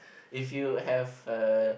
if you have uh